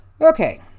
Okay